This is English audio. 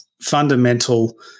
fundamental